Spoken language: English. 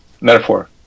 Metaphor